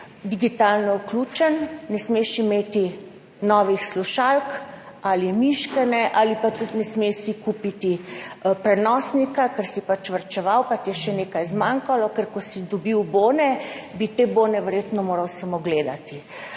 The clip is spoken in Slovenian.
digitalno vključen, ne smeš imeti novih slušalk ali miške, tudi si ne smeš kupiti prenosnika, ker si varčeval, pa ti je še nekaj zmanjkalo, ker ko si dobil bone, bi te bone verjetno moral samo gledati.